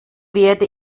werde